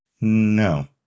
no